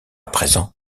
présent